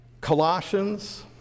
Colossians